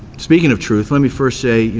speaking of truth, let me first say,